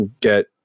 get